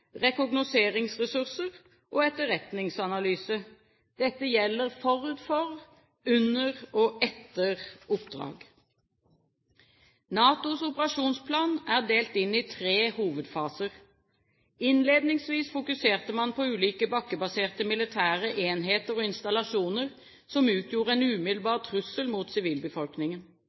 rekognoseringsressurser og etterretningsanalyse. Dette gjelder forut for, under og etter oppdrag. NATOs operasjonsplan er delt inn i tre hovedfaser. Innledningsvis fokuserte man på ulike bakkebaserte militære enheter og installasjoner som utgjorde en umiddelbar trussel mot sivilbefolkningen.